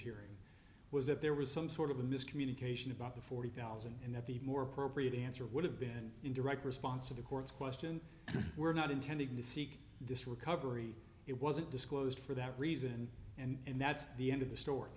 hearing was if there was some sort of a miscommunication about the forty thousand and that the more appropriate answer would have been in direct response to the court's question we're not intending to seek this recovery it wasn't disclosed for that reason and that's the end of the story